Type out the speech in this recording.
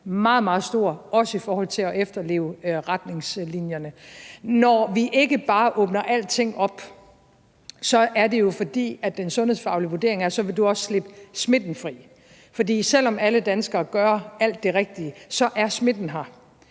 meget, meget stor, også i forhold til at efterleve retningslinjerne. Når vi ikke bare åbner alting op, er det jo, fordi den sundhedsfaglige vurdering er, at så vil du også slippe smitten fri, for selv om alle danskere gør alt det rigtige, er smitten her,